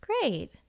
great